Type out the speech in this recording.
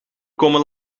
komen